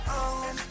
on